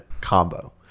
combo